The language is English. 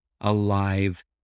Alive